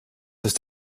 ist